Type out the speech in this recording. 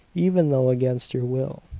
even though against your will.